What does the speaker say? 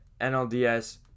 NLDS